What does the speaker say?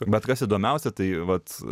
bet kas įdomiausia tai vat